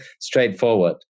straightforward